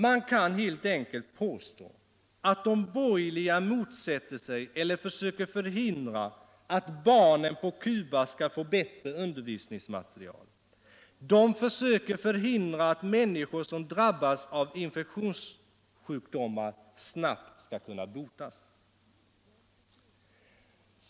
Man kan helt enkelt påstå att de borgerliga motsätter sig eller försöker förhindra att barnen på Cuba skall få bättre undervisningsmateriel, försöker förhindra att människor som drabbas av infektionssjukdomar snabbt skall kunna botas.